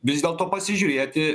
vis dėlto pasižiūrėti